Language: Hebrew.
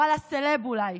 וואלה סלב, אולי.